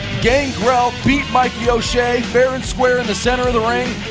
gangrel beat mikey o'shea fair and square in the center of the ring